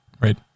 Right